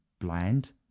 bland